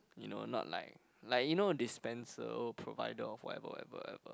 you know not like like you know dispenser provider of whatever whatever whatever